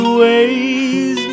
ways